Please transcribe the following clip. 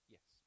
Yes